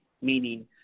Meaning